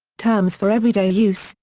terms for everyday use,